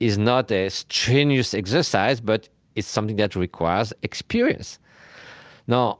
is not a strenuous exercise, but it is something that requires experience now